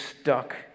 stuck